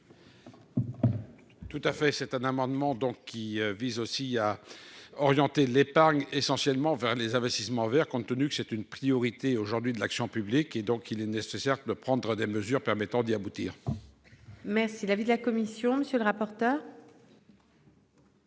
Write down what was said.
Tout à fait c'est un amendement donc qui vise aussi à orienter l'épargne essentiellement vers les investissements verts compte tenu que c'est une priorité aujourd'hui de l'action publique et donc il est nécessaire que le prendre des mesures permettant d'y aboutir. Merci. L'avis de la commission. Monsieur le rapporteur.